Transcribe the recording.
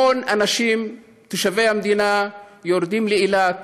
המון מתושבי המדינה יורדים לאילת,